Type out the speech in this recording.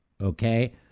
okay